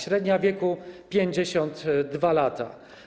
Średnia wieku to 52 lata.